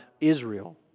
Israel